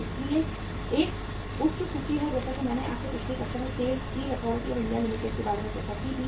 इसलिए एक उच्च सूची है जैसा कि मैंने आपसे पिछली कक्षा में SAIL Steel Authority of India Limited के मामले में चर्चा की थी